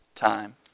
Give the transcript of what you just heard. time